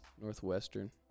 Northwestern